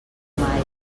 mai